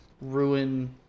ruin